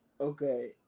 okay